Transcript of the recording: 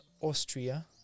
Austria